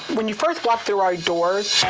when you first walked through our doors,